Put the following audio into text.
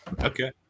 okay